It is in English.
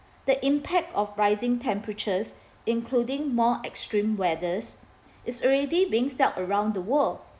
the impact of rising temperatures including more extreme weathers is already being felt around the world